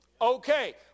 Okay